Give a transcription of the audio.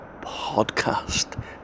podcast